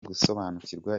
gusobanukirwa